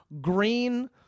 green